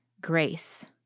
grace